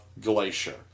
Glacier